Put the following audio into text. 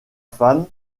femme